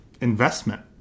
investment